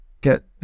Get